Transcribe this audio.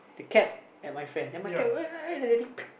the cap at my friend then my cap was like then the thing